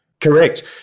correct